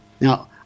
Now